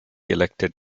elected